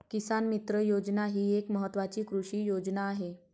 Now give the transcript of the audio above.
किसान मित्र योजना ही एक महत्वाची कृषी योजना आहे